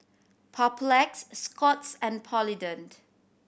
Papulex Scott's and Polident